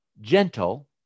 gentle